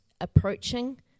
approaching